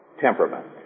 temperament